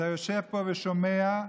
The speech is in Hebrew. אתה יושב פה ושומע,